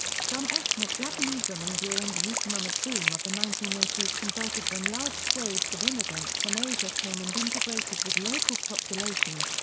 some ethnic japanese women during the economic boom of the nineteen eighty s converted when large swathes of immigrants from asia came and integrated with local population.